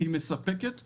היא מספקת כמסגרת.